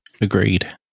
Agreed